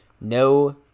no